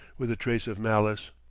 with a trace of malice.